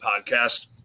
podcast